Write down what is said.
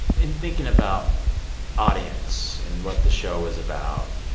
in thinking about audience and what the show is about,